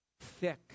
thick